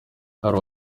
hari